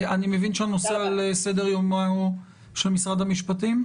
אני מבין שהנושא על סדר יומו של משרד המשפטים?